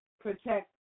protect